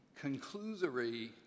conclusory